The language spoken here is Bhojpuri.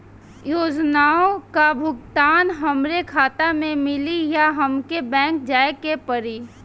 योजनाओ का भुगतान हमरे खाता में मिली या हमके बैंक जाये के पड़ी?